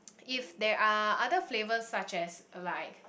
if there are other flavours such as like